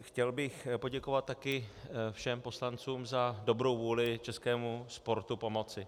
Chtěl bych taky poděkovat všem poslancům za dobrou vůli českému sportu pomoci.